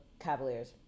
Cavaliers